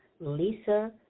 Lisa